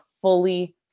fully